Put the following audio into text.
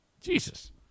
Jesus